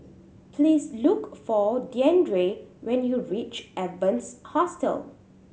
please look for Deandre when you reach Evans Hostel